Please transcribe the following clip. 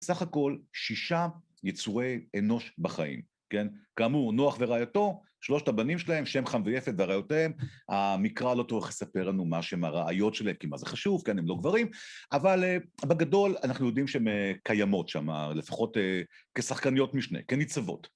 סך הכל, שישה יצורי אנוש בחיים, כן? כאמור, נוח ורעייתו, שלושת הבנים שלהם, שם חם ויפת ורעיותיהם. המקרא לא טורח לספר לנו מה שהם הרעיות שלהם, כי מה זה חשוב, כן, הם לא גברים, אבל בגדול אנחנו יודעים שהם קיימות שם, לפחות כשחקניות משנה, כניצבות.